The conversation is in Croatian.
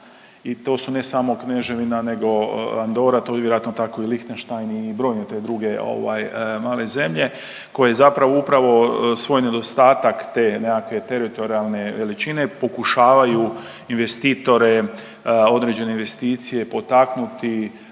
I to su ne samo Kneževina Andora to je vjerojatno tako i Lihtenštajn i brojne te druge male zemlje, koje zapravo upravo svoj nedostatak te nekakve teritorijalne veličine, pokušavaju investitore, određene investicije potaknuti